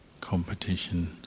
competition